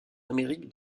amérique